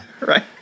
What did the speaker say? Right